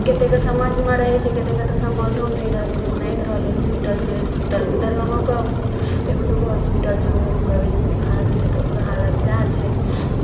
कतेककेँ समझमे रहै छै कतेककेँ तऽ समझोमे नहि रहै छै औनाइत रहल ओहि हॉस्पिटलसँ ओहि हॉस्पिटल दरभंगोके एगो दूगो हॉस्पिटल छै ओहोके कहबै जे कोनो खास छै तऽ ओकरो हालत सएह छै